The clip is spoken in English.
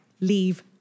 leave